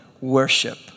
worship